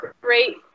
great